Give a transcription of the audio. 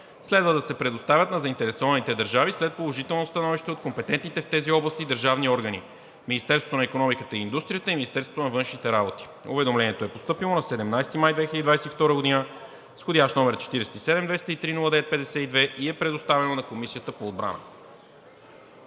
следва да се предоставят на заинтересованите държави след положително становище от компетентните в тези области държавни органи – Министерството на икономиката и индустрията и Министерството на външните работи. Уведомлението е постъпило на 17 май 2022 г., вх. № 47-203-09-52, и е предоставено на Комисията по отбрана.